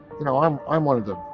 you know, i'm i'm one of them.